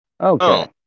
Okay